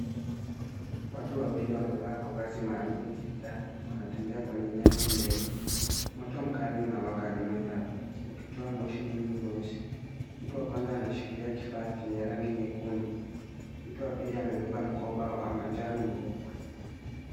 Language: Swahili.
Watu wawili wamevaa mavazi maalum ya kijani. Wanatembea kwenye nyasi ndefu. Moto mkali unawaka nyuma yao ukitoa moshi mwingi mweusi. Mtu wa kwanza anashikilia kifaa chenye rangi nyekundu. Mtu wa pili amebeba mkoba wa manjano mgongoni.